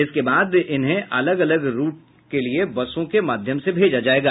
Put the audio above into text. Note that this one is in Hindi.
उसक बाद उन्हें अलग अलग रूट के लिए बसों के माध्यम से भेजा जायेगा